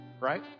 right